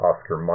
Oscar